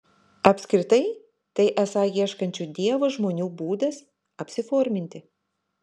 apskritai tai esą ieškančių dievo žmonių būdas apsiforminti